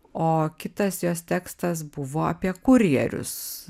o kitas jos tekstas buvo apie kurjerius